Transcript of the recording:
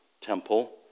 temple